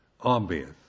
obvious